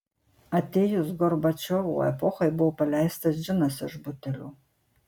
atėjus gorbačiovo epochai buvo paleistas džinas iš butelio